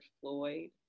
Floyd